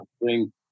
bring